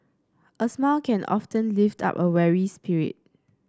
a smile can often lift up a weary spirit